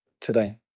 today